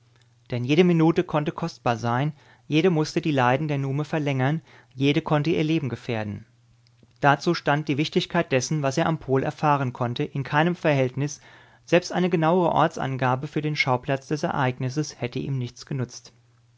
denn jede minute konnte kostbar sein jede mußte die leiden der nume verlängern jede konnte ihr leben gefährden dazu stand die wichtigkeit dessen was er am pol erfahren konnte in keinem verhältnis selbst eine genauere ortsangabe für den schauplatz des ereignisses hätte nichts ihm genützt